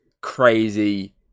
crazy